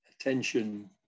attention